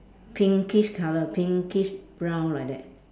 pinkish colour pinkish brown like that